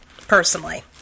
Personally